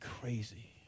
crazy